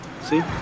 See